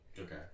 Okay